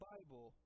Bible